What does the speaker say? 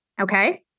Okay